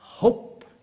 Hope